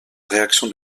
réaction